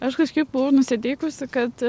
aš kažkaip buvau nusiteikusi kad